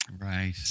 right